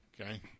Okay